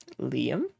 Liam